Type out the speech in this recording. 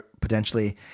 potentially